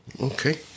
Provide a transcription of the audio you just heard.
Okay